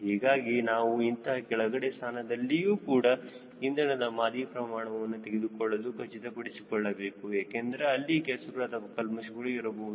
ಹೀಗಾಗಿ ನಾವು ಇಂತಹ ಕೆಳಗಡೆಯ ಸ್ಥಾನದಿಂದಲೂ ಕೂಡ ಇಂಧನದ ಮಾದರಿ ಪ್ರಮಾಣವನ್ನು ತೆಗೆದುಕೊಳ್ಳಲು ಖಚಿತಪಡಿಸಿಕೊಳ್ಳಬೇಕು ಏಕೆಂದರೆ ಅಲ್ಲಿ ಕೆಸರು ಅಥವಾ ಕಲ್ಮಶಗಳು ಇರಬಹುದು